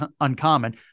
uncommon